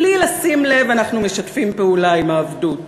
בלי לשים לב אנחנו משתפים פעולה עם העבדות.